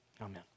Amen